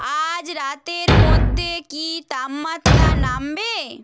আজ রাতের মধ্যে কি তাপমাত্রা নামবে